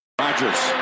Rodgers